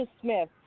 Smith